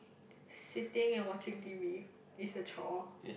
sitting and watching t_v is a chore